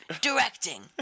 directing